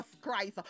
Christ